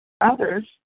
others